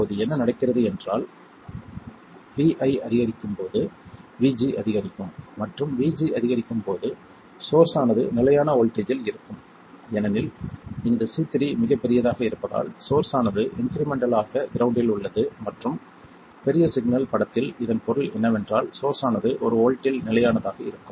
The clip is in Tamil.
இப்போது என்ன நடக்கிறது என்றால் Vi அதிகரிக்கும் போது VG அதிகரிக்கும் மற்றும் VG அதிகரிக்கும் போது சோர்ஸ் ஆனது நிலையான வோல்ட்டேஜ்ஜில் இருக்கும் ஏனெனில் இந்த C3 மிகப் பெரியதாக இருப்பதால் சோர்ஸ் ஆனது இன்க்ரிமெண்டல் ஆக கிரவுண்ட்டில் உள்ளது மற்றும் பெரிய சிக்னல் படத்தில் இதன் பொருள் என்னவென்றால் சோர்ஸ் ஆனது ஒரு வோல்ட்டில் நிலையானதாக இருக்கும்